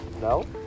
No